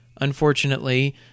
unfortunately